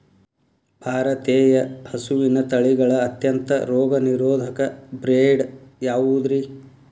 ಭಾರತೇಯ ಹಸುವಿನ ತಳಿಗಳ ಅತ್ಯಂತ ರೋಗನಿರೋಧಕ ಬ್ರೇಡ್ ಯಾವುದ್ರಿ?